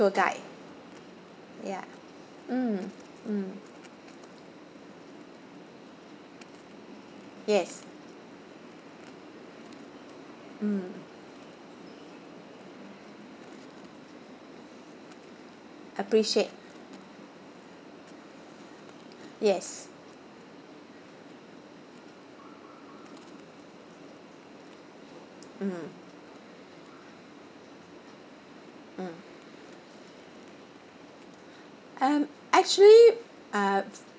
tour guide ya mm mm yes mm appreciate yes mm mm um actually uh